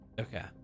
Okay